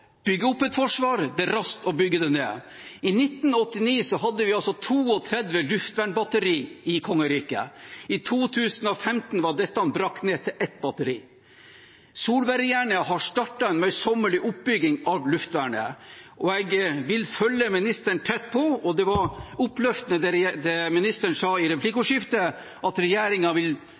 bygge opp et forsvar – det går raskt å bygge det ned. I 1989 hadde vi 32 luftvernbatterier i kongeriket. I 2015 var dette brakt ned til ett batteri. Solberg-regjeringen startet en møysommelig oppbygging av luftvernet, og her jeg vil følge ministeren tett. Det var oppløftende det ministeren sa i replikkordskiftet, at regjeringen vil